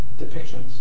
depictions